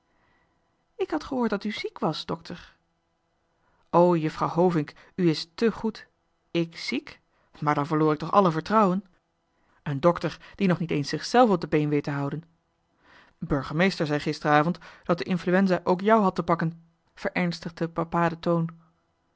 ik had gehoord dat u ziek was dokter o juffrouw hovink u is tè goed ik ziek maar dan verloor ik toch alle vertrouwen een dokter die nog niet eens zich-zelf op de been weet te houden burgemeester zei gisteravond dat de influenza ook jou te pakken had verernstigde papa den toon